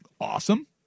awesome